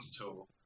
tool